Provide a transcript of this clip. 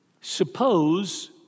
Suppose